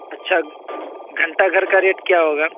اچھا گھنٹہ گھر کا ریٹ کیا ہوگا